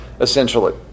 essentially